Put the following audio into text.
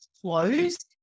closed